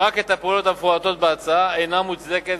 רק את הפעולות המפורטות בהצעה אינה מוצדקת,